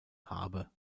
habe